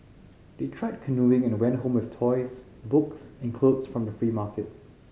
they tried canoeing and went home with toys books and clothes from the free market